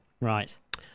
Right